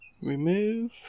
Remove